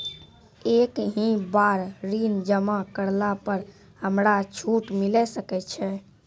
एक ही बार ऋण जमा करला पर हमरा छूट मिले सकय छै?